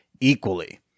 equally